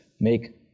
make